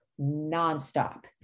nonstop